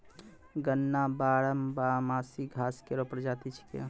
गन्ना बारहमासी घास केरो प्रजाति छिकै